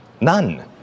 None